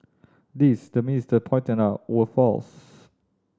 these the minister pointed out were false